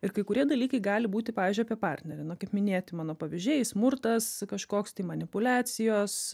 ir kai kurie dalykai gali būti pavyzdžiui apie partnerį na kaip minėti mano pavyzdžiai smurtas kažkoks tai manipuliacijos